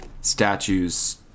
Statues